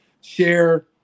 share